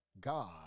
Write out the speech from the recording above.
God